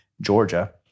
Georgia